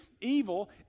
evil